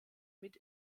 mit